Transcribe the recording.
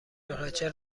بخیر، چه